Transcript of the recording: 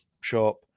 shop